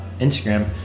Instagram